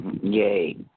Yay